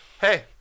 Hey